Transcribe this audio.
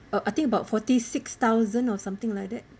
uh I think about forty six thousand or something like that